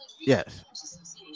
Yes